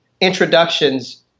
introductions